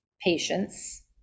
patience